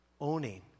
owning